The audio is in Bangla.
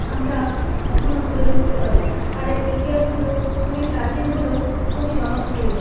আমরা এখনও তুলে ধরতে পারি আর এ ইতিহাসগুলো খুবই প্রাচীন হলেও খুবই জনপ্রিয়